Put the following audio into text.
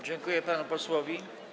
Dziękuję panu posłowi.